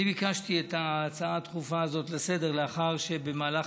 אני ביקשתי את ההצעה הדחופה הזאת לסדר-היום לאחר שבמהלך